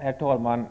Herr talman!